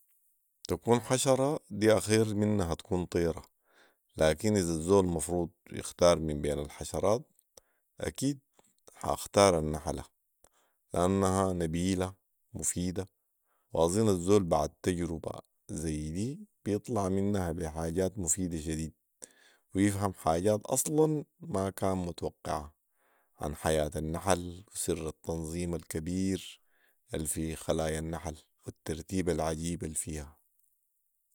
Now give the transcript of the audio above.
تكون حشره دي اخير منها تكون طيره لكن اذا الزول مفروض يختار من بين الحشرات اكيد حاختار النحله لانها نبيلة ومفيده واظن الزول بعد تجربه ذي دي بيطلع منها بي حاجات مفيدة شديد ويفهم حاجات اصلا ما كان متوقعها عن حياه النحل وسر التنظيم الكبير الفي خلايا النحل والترتتيب العجيب الفيها